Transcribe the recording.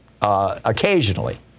Occasionally